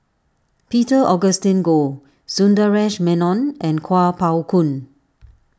Peter Augustine Goh Sundaresh Menon and Kuo Pao Kun